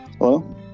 Hello